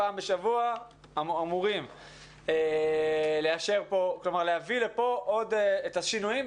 פעם בשבוע אמורים להביא לכאן עוד שינויים,